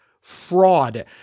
fraud